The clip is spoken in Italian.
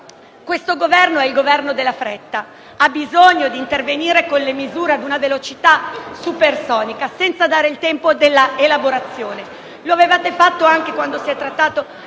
questo è il Governo della fretta: ha bisogno di intervenire con le misure ad una velocità supersonica, senza dare il tempo per una loro elaborazione. Lo avevate fatto anche quando si è trattato